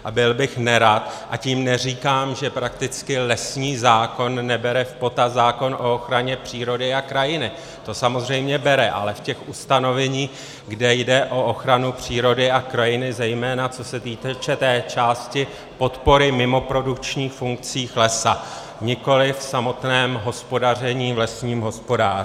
A byl bych nerad, a tím neříkám, že prakticky lesní zákon nebere v potaz zákon o ochraně přírody a krajiny, to samozřejmě bere, ale v těch ustanoveních, kde jde o ochranu přírody a krajiny, zejména co se týče té části podpory mimoprodukčních funkcí lesa, nikoli v samotném hospodaření v lesním hospodářství.